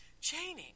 chaining